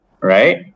right